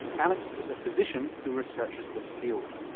alex is a physician who researches this field.